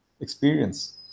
experience